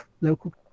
local